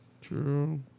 True